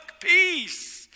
Peace